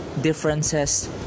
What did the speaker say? differences